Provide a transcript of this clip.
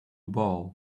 ball